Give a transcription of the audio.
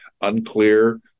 unclear